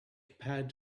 pad